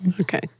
Okay